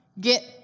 get